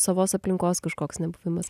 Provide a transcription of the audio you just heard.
savos aplinkos kažkoks nebuvimas